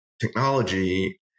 technology